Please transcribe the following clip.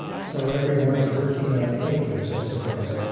so everyone's working on papers, i suppose.